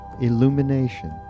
illumination